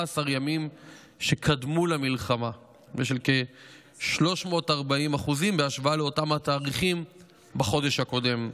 ימים שקדמו למלחמה ושל כ-340% בהשוואה לאותם התאריכים בחודש הקודם,